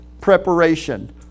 preparation